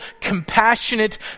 compassionate